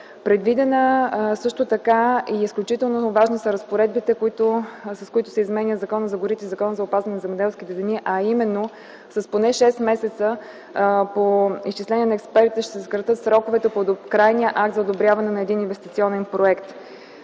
Предвидено е също така и изключително важни са разпоредбите, с които се изменят Законът за горите и Законът за опазване на земеделските земи, а именно с поне шест месеца по изчисление на експертите ще се съкратят сроковете по крайния акт за одобряване на един инвестиционен проект.